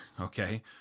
okay